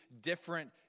different